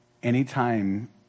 Anytime